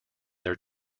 their